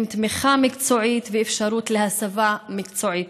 עם תמיכה מקצועית ואפשרות להסבה מקצועית.